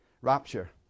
rapture